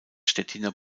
stettiner